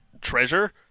treasure